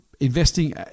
investing